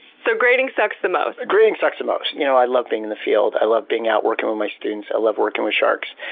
so, grading sucks the most. grading sucks the most. you know i love being in the field. i love being out working with my students. i love working with sharks.